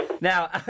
Now